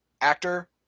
actor